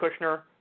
Kushner